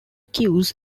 cues